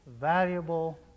valuable